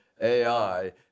AI